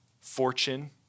fortune